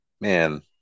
man